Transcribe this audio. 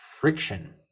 friction